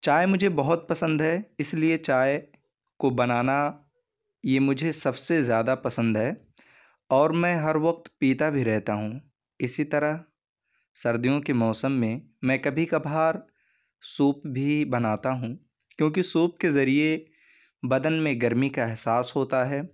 چائے مجھے بہت پسند ہے اس لیے چائے کو بنانا یہ مجھے سب سے زیادہ پسند ہے اور میں ہر وقت پیتا بھی رہتا ہوں اسی طرح سردیوں کے موسم میں میں کبھی کبھار سوپ بھی بناتا ہوں کیونکہ سوپ کے ذریعے بدن میں گرمی کا احساس ہوتا ہے